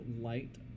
light